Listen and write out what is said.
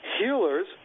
healers